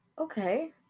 okay